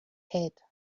had